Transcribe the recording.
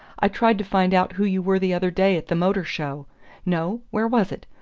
i tried to find out who you were the other day at the motor show no, where was it?